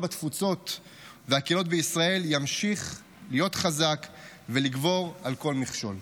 בתפוצות לבין הקהילות בישראל ימשיך להיות חזק ולגבור על כל מכשול.